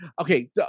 Okay